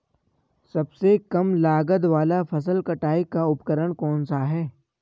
सबसे कम लागत वाला फसल कटाई का उपकरण कौन सा है?